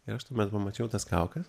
ir aš tuomet pamačiau tas kaukes